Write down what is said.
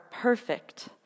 perfect